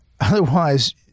otherwise